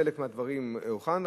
חלק מהדברים הוכן,